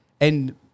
and-